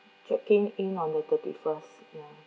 checking in on the thirty first ya